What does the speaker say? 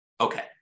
Okay